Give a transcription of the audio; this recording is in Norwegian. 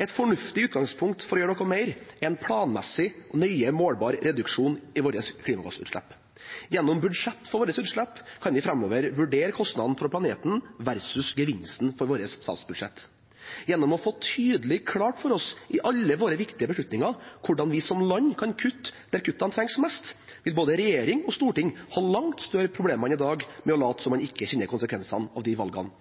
Et fornuftig utgangspunkt for å gjøre noe mer er en planmessig og nøye målbar reduksjon i våre klimagassutslipp. Gjennom budsjett for våre utslipp kan vi framover vurdere kostnaden for planeten versus gevinsten for vårt statsbudsjett. Gjennom å få klart og tydelig for oss i alle våre viktige beslutninger hvordan vi som land kan kutte der kuttene trengs mest, vil både regjering og storting ha langt større problemer enn i dag med å late som om man ikke kjenner konsekvensene av de valgene